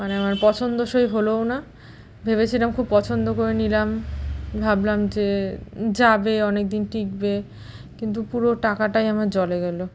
মানে আমার পছন্দসই হলও না ভেবেছিলাম খুব পছন্দ করে নিলাম ভাবলাম যে যাবে অনেক দিন টিকবে কিন্তু পুরো টাকাটাই আমার জলে গেল